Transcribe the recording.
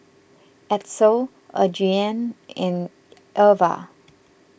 Edsel Adriane and Irva